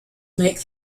make